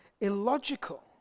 illogical